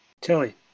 Tilly